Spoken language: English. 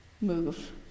move